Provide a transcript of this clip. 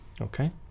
Okay